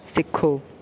ਸਿੱਖੋ